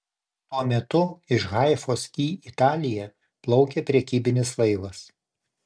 tuo metu iš haifos į italiją plaukė prekybinis laivas